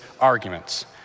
arguments